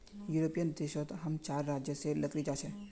European देश सोत हम चार राज्य से लकड़ी जा छे